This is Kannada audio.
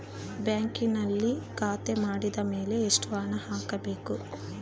ಬ್ಯಾಂಕಿನಲ್ಲಿ ಖಾತೆ ಮಾಡಿದ ಮೇಲೆ ಎಷ್ಟು ಹಣ ಹಾಕಬೇಕು?